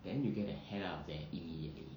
then you get hell out of there immediately